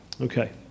okay